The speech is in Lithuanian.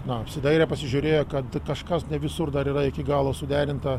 na apsidairė pasižiūrėjo kad kažkas ne visur dar yra iki galo suderinta